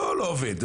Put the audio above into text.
לא שלא עובד לגמרי,